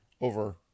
over